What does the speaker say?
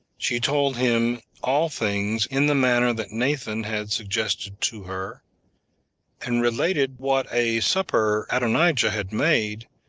she told him all things in the manner that nathan had suggested to her and related what a supper adonijah had made,